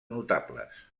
notables